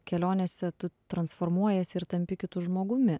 kelionėse tu transformuojiesi ir tampi kitu žmogumi